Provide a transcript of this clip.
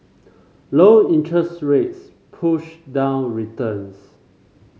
low interest rates push down returns